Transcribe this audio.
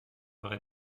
vrai